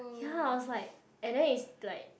ya I was like and then is like